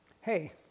hey